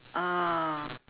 ah